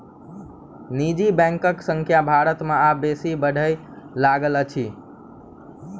निजी बैंकक संख्या भारत मे आब बेसी बढ़य लागल अछि